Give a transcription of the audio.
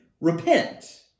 repent